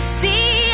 see